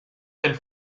del